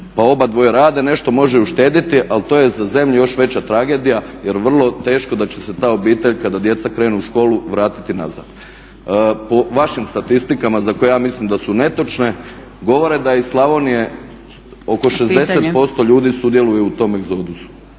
pa oba dvoje rade nešto može i uštedjeti ali to je za zemlju još veća tragedija, jer vrlo teško da će se ta obitelj kada djeca krenu u školu vratiti nazad. Po vašim statistikama za koje ja mislim da su netočne govore da iz Slavonije oko 60% … …/Upadica Zgrebec: